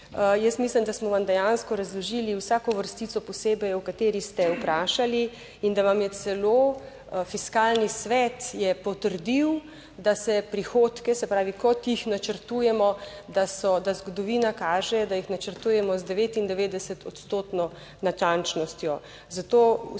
Jaz mislim, da smo vam dejansko razložili vsako vrstico posebej, o kateri ste vprašali in da vam je celo Fiskalni svet, je potrdil, da se prihodke, se pravi, kot jih načrtujemo, da so, da zgodovina kaže, da jih načrtujemo z 99 odstotno natančnostjo,